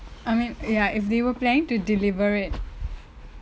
I mean ya if they were planning to deliver it